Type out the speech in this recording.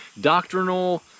doctrinal